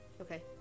Okay